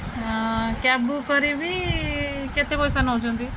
cab book କରିବି କେତେ ପଇସା ନେଉଛନ୍ତି